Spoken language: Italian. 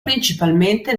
principalmente